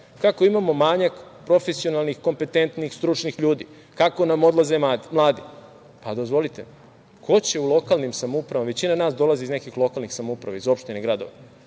kako imamo manjak profesionalnih, kompetentnih, stručnih ljudi, kako nam odlaze mladi. Dozvolite, ko će u lokalnim samoupravama, a većina nas dolazi iz nekih lokalnih samouprava, iz opština i gradova,